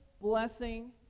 blessing